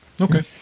Okay